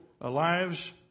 lives